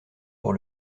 pour